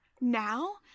Now